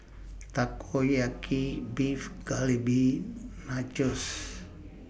Takoyaki Beef Galbi Nachos